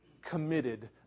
committed